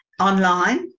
Online